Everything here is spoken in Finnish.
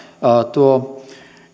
tuo